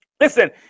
Listen